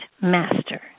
master